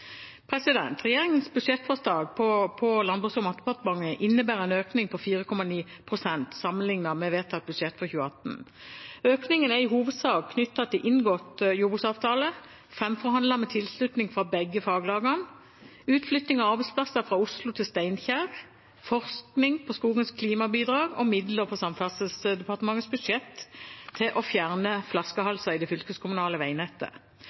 Regjeringens budsjettforslag på Landbruks- og matdepartementet innebærer en økning på 4,9 pst. sammenlignet med vedtatt budsjett for 2018. Økningen er i hovedsak knyttet til inngått jordbruksavtale framforhandlet med tilslutning fra begge faglagene, utflytting av arbeidsplasser fra Oslo til Steinkjer, forskning på skogens klimabidrag og midler på Samferdselsdepartementets budsjett til å fjerne flaskehalser i det fylkeskommunale veinettet,